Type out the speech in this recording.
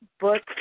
book